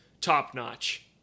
top-notch